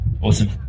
Awesome